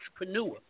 entrepreneur